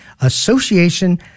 Association